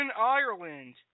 Ireland